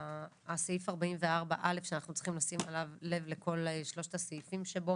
סעיף 44א שאנחנו צריכים לשים אליו לב לכל שלושת הסעיפים שבו